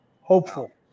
Hopeful